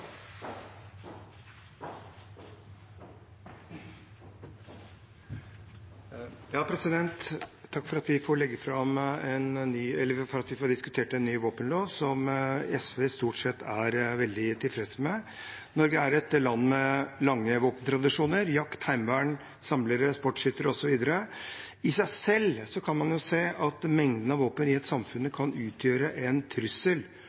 Takk for at vi får diskutert en ny våpenlov, som SV stort sett er veldig tilfreds med. Norge er et land med lange våpentradisjoner – jakt, heimevern, samlere, sportsskyttere osv. I seg selv kan man se at mengden våpen i et samfunn kan utgjøre en trussel